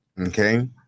okay